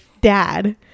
dad